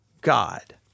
God